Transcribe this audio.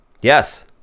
Yes